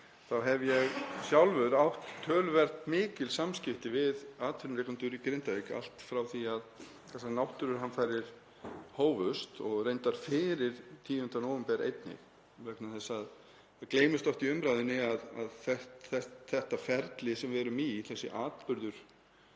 hef ég sjálfur átt töluvert mikil samskipti við atvinnurekendur í Grindavík allt frá því að þessar náttúruhamfarir hófust og reyndar fyrir 10. nóvember einnig vegna þess að það gleymist oft í umræðunni að þetta ferli sem við erum í, þessi atburður,